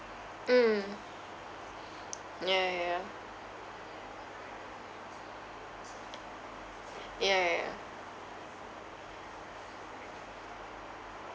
mm ya ya ya ya ya ya